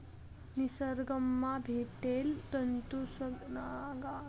निसरगंमा भेटेल तंतूसनागत फायबरना कपडा आख्खा जगदुन्यामा ईकत मियतस